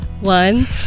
one